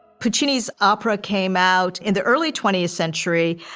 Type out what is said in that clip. puccini's opera came out in the early twentieth century.